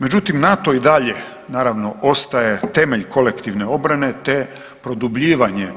Međutim, NATO i dalje naravno ostaje temelj kolektivne obrane te produbljivanje